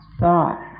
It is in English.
thought